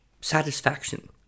satisfaction